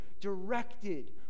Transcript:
directed